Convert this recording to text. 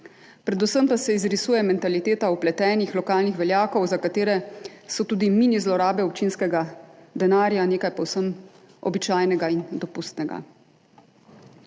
predvsem pa se izrisuje mentaliteta vpletenih lokalnih veljakov, za katere so tudi mini zlorabe občinskega denarja nekaj povsem običajnega in dopustnega.